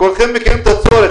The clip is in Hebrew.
כולכם מכירים את הצורך.